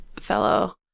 fellow